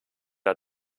der